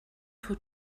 for